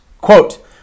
quote